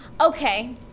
Okay